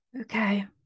Okay